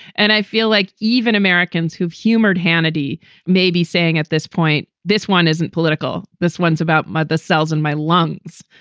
and i feel like even americans who've humored hanadi may be saying at this point, this one isn't political. this one's about my the cells in my lungs.